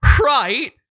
right